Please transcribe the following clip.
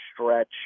stretch